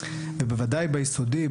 ובוודאי ביסודי,